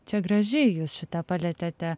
čia gražiai jūs šitą palietėte